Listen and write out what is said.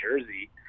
jersey